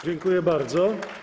Dziękuję bardzo.